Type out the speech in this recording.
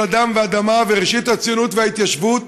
הדם והאדמה וראשית הציונות וההתיישבות,